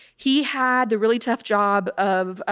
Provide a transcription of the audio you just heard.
he had the really tough job of, ah